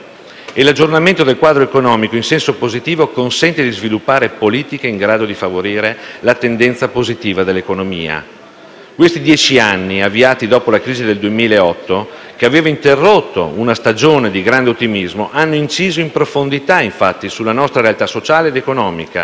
e l'aggiornamento del quadro economico in senso positivo consente di sviluppare politiche in grado di favorire la tendenza positiva dell'economia. Questi dieci anni, avviati dopo la crisi del 2008, che aveva interrotto una stagione di grande ottimismo, hanno inciso in profondità sulla nostra realtà sociale ed economica,